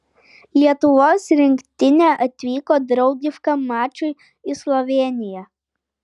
lietuvos rinktinė atvyko draugiškam mačui į slovėniją